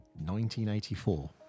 1984